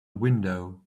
window